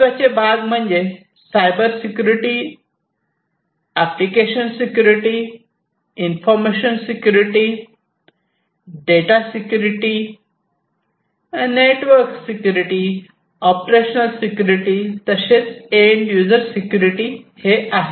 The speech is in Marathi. महत्त्वाचे भाग म्हणजे cyber security application security information security data security network security operational security तसेच एंड यूजर सिक्युरिटी आहेत